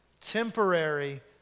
Temporary